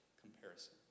comparison